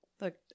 Look